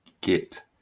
get